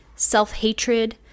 self-hatred